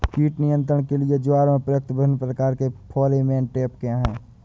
कीट नियंत्रण के लिए ज्वार में प्रयुक्त विभिन्न प्रकार के फेरोमोन ट्रैप क्या है?